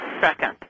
second